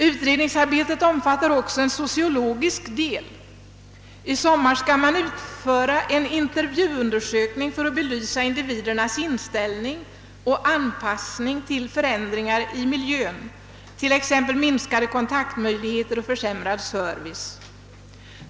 Utredningsarbetet omfattar också en sociologisk del. I sommar skall man utföra en intervjuundersökning för att be lysa individernas inställning och anpassning till förändringar i miljön, t.ex. minskade kontaktmöjligheter och försämrad service.